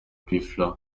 pfla